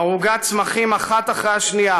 ערוגת צמחים אחת אחרי האחרת,